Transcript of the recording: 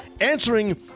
answering